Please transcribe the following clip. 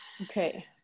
Okay